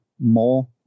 more